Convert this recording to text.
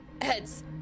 Heads